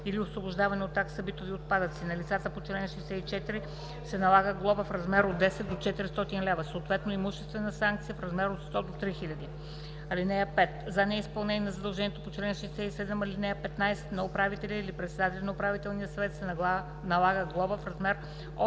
или освобождаване от такса битови отпадъци, на лицата по чл. 64 се налага глоба в размер от 10 до 400 лв., съответно имуществена санкция в размер от 100 до 3000 лв. (5) За неизпълнение на задължението по чл. 67, ал. 15 на управителя или председателя на управителния съвет се налага глоба в размер от